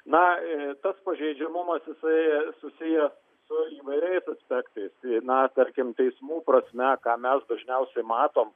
na ir tas pažeidžiamumas jisai susijęs su įvairiais aspektais na tarkim teismų prasme ką mes dažniausiai matom